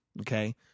okay